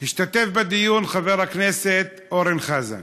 השתתף בדיון חבר הכנסת אורן חזן,